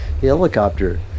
helicopter